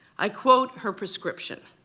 i quote her prescription.